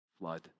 flood